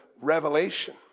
revelation